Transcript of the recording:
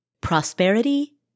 prosperity